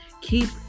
Keep